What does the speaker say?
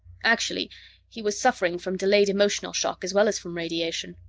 actually he was suffering from delayed emotional shock, as well as from radiation.